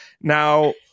Now